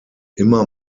immer